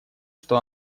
что